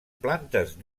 plantes